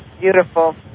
beautiful